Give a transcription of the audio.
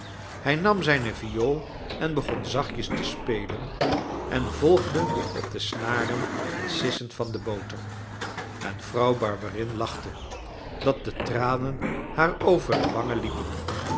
hij nam zijne viool en begon zachtjes te spelen en volgde op de snaren het sissen van de boter en vrouw barberin lachte dat de tranen haar over de wangen liepen